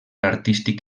artístic